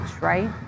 right